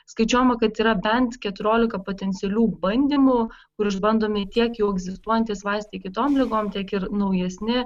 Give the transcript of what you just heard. skaičiuojama kad yra bent keturiolika potencialių bandymų kur išbandomi tiek jau egzistuojantys vaistai kitom ligom tiek ir naujesni